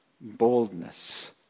boldness